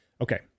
Okay